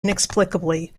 inexplicably